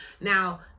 Now